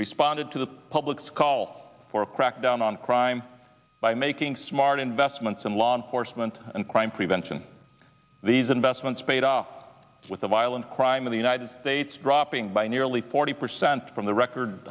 responded to the public's call for a crackdown on crime by making smart investments in law enforcement and crime prevention these investments paid off with the violent crime in the united states dropping by nearly forty percent from the record